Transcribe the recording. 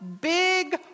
big